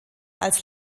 als